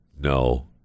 No